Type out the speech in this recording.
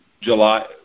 july